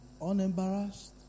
Unembarrassed